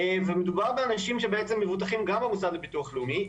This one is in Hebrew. ומדובר באנשים שבעצם מבוטחים גם במוסד לביטוח לאומי,